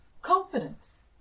Confidence